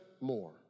more